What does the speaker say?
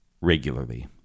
regularly